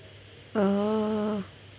oh